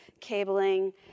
cabling